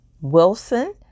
Wilson